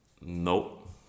No